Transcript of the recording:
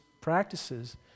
practices